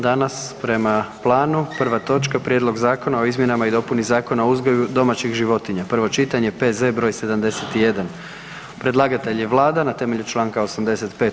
Danas prema planu prva točka: - Prijedlog zakona o izmjenama i dopuni Zakona o uzgoju domaćih životinja, prvo čitanje, P.Z. br. 71 Predlagatelj je Vlada na temelju čl. 85.